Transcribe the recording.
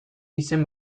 izen